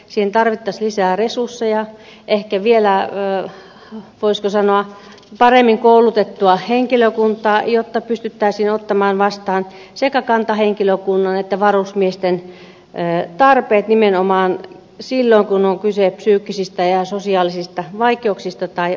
siihen tarvittaisiin lisää resursseja ehkä vielä voisiko sanoa paremmin koulutettua henkilökuntaa jotta pystyttäisiin ottamaan vastaan sekä kantahenkilökunnan että varusmiesten tarpeet nimenomaan silloin kun on kyse psyykkisistä ja sosiaalisista vaikeuksista tai ongelmista